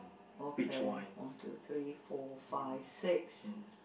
okay one two three four five six